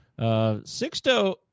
Sixto